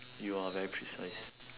you are very precise